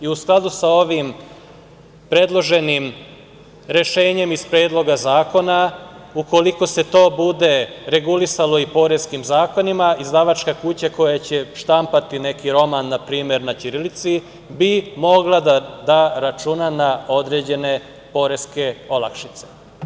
U skladu sa ovim predloženim rešenjima iz Predloga zakona, ukoliko se to bude regulisalo i poreskim zakonima, izdavačka kuća koja će štampati neki roman npr. na ćirilici bi mogla da računa na određene poreske olakšice.